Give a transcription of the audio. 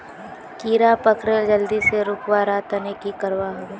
कीड़ा पकरिले जल्दी से रुकवा र तने की करवा होबे?